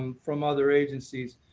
um from other agencies.